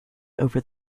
over